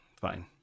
Fine